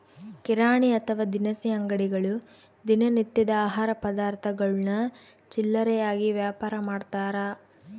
ಕಿರಾಣಿ ಅಥವಾ ದಿನಸಿ ಅಂಗಡಿಗಳು ದಿನ ನಿತ್ಯದ ಆಹಾರ ಪದಾರ್ಥಗುಳ್ನ ಚಿಲ್ಲರೆಯಾಗಿ ವ್ಯಾಪಾರಮಾಡ್ತಾರ